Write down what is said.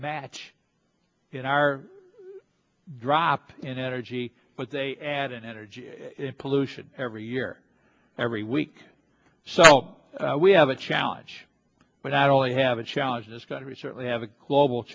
match in our drop in energy but they add an energy pollution every year every week so we have a challenge but i'd only have a challenge this country certainly have a global